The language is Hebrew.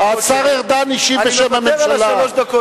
השר ארדן השיב בשם הממשלה.